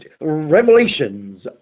Revelations